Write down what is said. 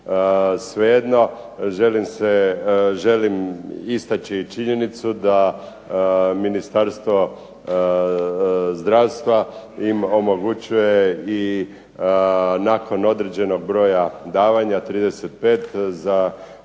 Svejedno, želim istaći činjenicu da Ministarstvo zdravstva omogućuje i nakon određenog broja davanja, 35 za muškarce